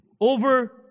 over